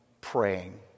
praying